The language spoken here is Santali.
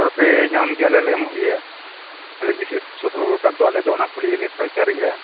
ᱜᱚᱲᱚᱯᱮ ᱧᱟᱢ ᱜᱮᱭᱟ ᱟᱞᱮᱞᱮ ᱮᱢᱚᱜ ᱜᱮᱭᱟ ᱟᱞᱮ ᱵᱤᱥᱮᱥ ᱥᱟᱹᱦᱟᱹᱨ ᱠᱟᱨᱫᱚ ᱟᱞᱮᱫᱚ ᱚᱱᱟ ᱠᱩᱞᱦᱤᱨᱮ ᱠᱟᱞᱪᱟᱨ ᱜᱮᱭᱟ